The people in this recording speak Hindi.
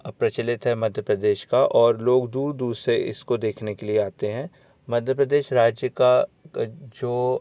प्रचलित है मध्य प्रदेश का और लोग दूर दूर से इसको देखने के लिए आते हैं मध्य प्रदेश राज्य का जो